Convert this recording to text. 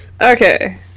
Okay